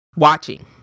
watching